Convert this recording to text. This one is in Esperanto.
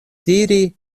diri